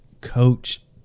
coach